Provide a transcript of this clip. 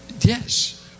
Yes